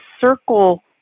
circle